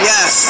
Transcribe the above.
Yes